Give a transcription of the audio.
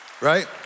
right